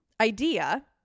idea